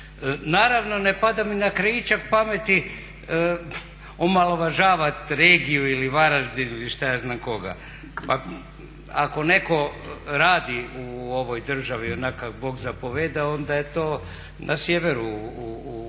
Naravno ne pada mi na krajičak pameti omalovažavati regiju ili Varaždin ili šta ja znam koga. Pa ako netko radi u ovoj državi onak kak bog zapoveda onda je to na sjeveru u